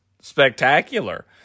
spectacular